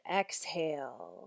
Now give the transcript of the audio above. exhale